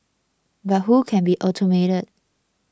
but who can be automated